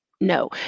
No